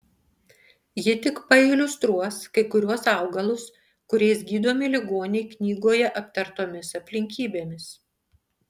ji tik pailiustruos kai kuriuos augalus kuriais gydomi ligoniai knygoje aptartomis aplinkybėmis